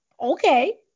Okay